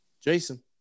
Jason